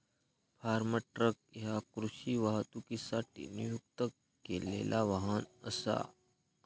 form truck ह्या कृषी वाहतुकीसाठी नियुक्त केलेला वाहन असा